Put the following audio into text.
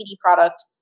product